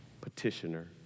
petitioner